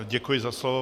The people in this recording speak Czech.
Děkuji za slovo.